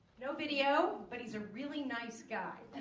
no video but he's a really nice guy